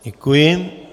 Děkuji.